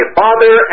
father